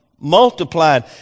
multiplied